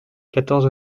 quatorze